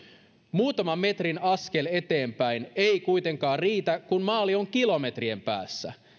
muutaman metrin askellus eteenpäin ei kuitenkaan riitä kun maali on kilometrien päässä